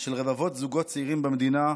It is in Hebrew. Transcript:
של רבבות זוגות צעירים במדינה,